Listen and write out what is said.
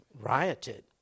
rioted